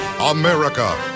America